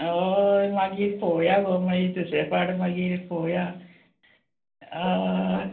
हय मागीर पोवया गो मागीर दुसरे फाट मागीर पोवया हय